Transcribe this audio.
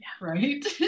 Right